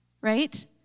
right